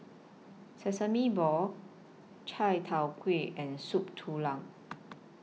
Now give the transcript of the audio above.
Sesame Balls Chai Tow Kuay and Soup Tulang